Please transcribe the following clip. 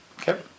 Okay